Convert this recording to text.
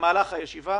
במהלך הישיבה.